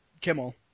kimmel